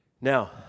Now